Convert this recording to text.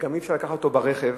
וגם אי-אפשר לקחת אותו ברכב.